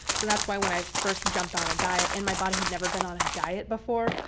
so that's why when i first jumped on a diet. and my body had never been on a diet before.